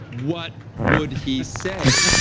what would he say?